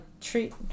treat